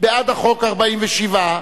בעד החוק, 47,